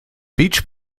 beach